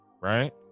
right